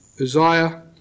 Uzziah